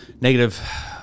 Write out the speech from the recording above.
negative